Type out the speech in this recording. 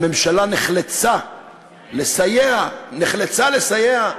הממשלה נחלצה לסייע, נחלצה לסייע,